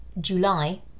july